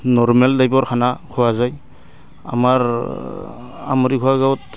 normal টাইপৰ খানা খোৱা যায় আমাৰ আমৰি খোৱা গাঁৱত